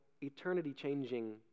eternity-changing